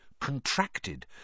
contracted